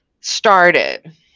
started